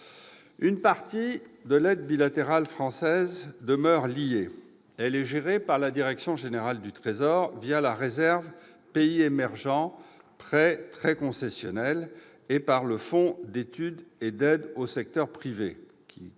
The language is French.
Une partie de l'aide bilatérale française demeure liée. Elle est gérée par la direction générale du Trésor, la Réserve pays émergents- prêts très concessionnels -, et par le Fonds d'étude et d'aide au secteur privé-